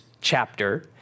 chapter